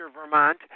Vermont